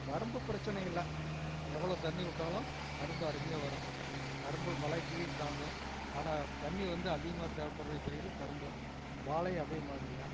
கரும்பு பிரச்சனை இல்லை எவ்வளோ தண்ணி விட்டாலும் கரும்பு அருமையாக வரும் கரும்பு மழைக்கு தாங்கும் ஆனால் தண்ணி வந்து அதிகமாக தேவைப்படுற பயிறு கரும்பு வாழை அதேமாதிரிதான்